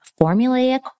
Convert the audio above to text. formulaic